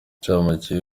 incamake